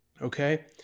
Okay